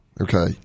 Okay